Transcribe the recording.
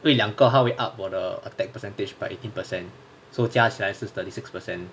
因为两个他会 up 我的 attack percentage by eighteen percent 所以加起来是 thirty six percent